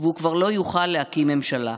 והוא כבר לא יוכל להקים ממשלה.